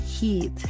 heat